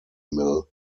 mill